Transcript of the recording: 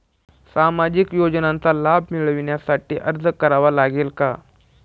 सामाजिक योजनांचा लाभ मिळविण्यासाठी अर्ज करावा लागेल का?